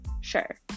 Sure